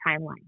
timeline